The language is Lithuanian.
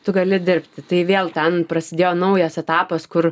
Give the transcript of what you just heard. tu gali dirbti tai vėl ten prasidėjo naujas etapas kur